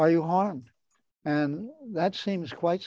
are you harmed and that seems quite